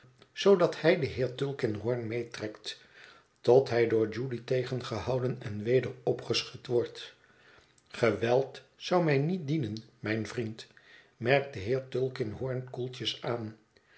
zoodat hij den heer tulkinghorn meetrekt tot hij door judy tegengehouden en weder opgeschud wordt geweld zou mij niet dienen mijn vriend merkt de heer tulkinghorn koeltjes aan